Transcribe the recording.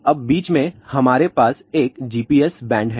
अब बीच में हमारे पास एक GPS बैंड है